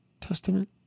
Testament